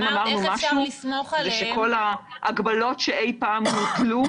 אם אמרנו משהו זה שכל ההגבלות שאי פעם הוטלו,